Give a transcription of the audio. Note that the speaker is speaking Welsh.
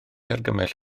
argymell